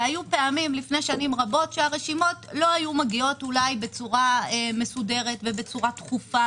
והיו פעמים לפני שנים רבות שהרשימות לא היו מגיעות בצורה מסודרת ותכופה,